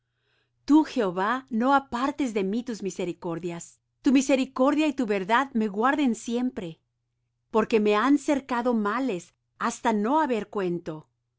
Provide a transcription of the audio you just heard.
tú jehová no apartes de mí tus misericordias tu misericordia y tu verdad me guarden siempre porque me han cercado males hasta no haber cuento